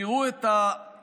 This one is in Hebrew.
תראו את ההגדרה,